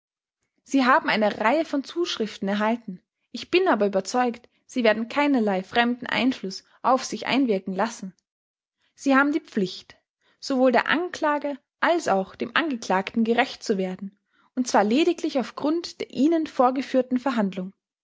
sie haben eine reihe von zuschriften erhalten ich bin aber überzeugt sie werden keinerlei fremden einfluß auf sich einwirken lassen sie haben die pflicht sowohl der anklage als auch dem angeklagten gerecht zu werden und zwar lediglich auf grund der ihnen vorgeführten verhandlung